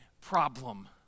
problem